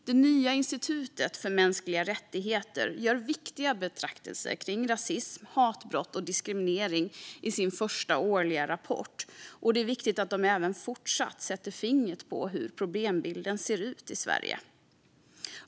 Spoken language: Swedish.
Det nya Institutet för mänskliga rättigheter gör viktiga betraktelser kring rasism, hatbrott och diskriminering i sin första årliga rapport, och det är viktigt att de även fortsatt sätter fingret på hur problembilden ser ut i Sverige.